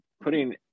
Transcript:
putting